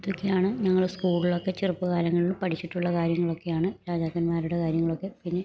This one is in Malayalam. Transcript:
ഇതൊക്കെയാണ് ഞങ്ങള് സ്കൂളിലൊക്കെ ചെറുപ്പകാലങ്ങൾല് പഠിച്ചിട്ടുള്ള കാര്യങ്ങളൊക്കെയാണ് രാജാക്കന്മാരുടെ കാര്യങ്ങളൊക്കെ പിന്നെ